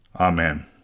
Amen